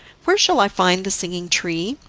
where shall i find the singing tree?